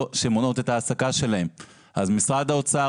שמונעות את ההעסקה שלהם ואז משרד האוצר